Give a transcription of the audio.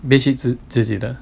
bedsheet 是自己的